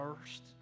first